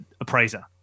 appraiser